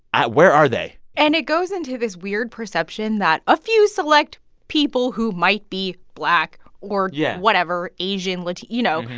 where are they? and it goes into this weird perception that a few select people who might be black or. yeah. whatever asian, latino